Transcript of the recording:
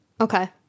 okay